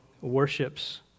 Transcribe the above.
worships